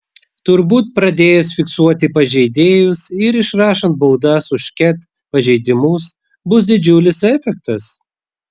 turbūt pradėjus fiksuoti pažeidėjus ir išrašant baudas už ket pažeidimus bus didžiulis efektas